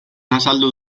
azaldu